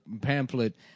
pamphlet